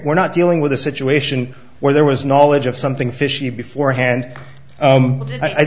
we're not dealing with a situation where there was knowledge of something fishy beforehand but i